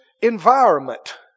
environment